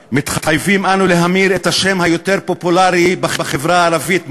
9. מתחייבים אנו להמיר את השם היותר-פופולרי בחברה הערבית,